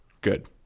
Good